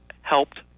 helped